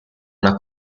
una